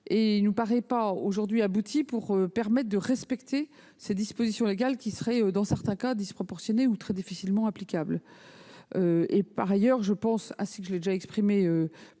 il ne nous paraît pas suffisamment abouti pour permettre de respecter des dispositions légales qui seraient, dans certains cas, disproportionnées ou très difficilement applicables. Par ailleurs, ainsi que je l'ai déjà indiqué plusieurs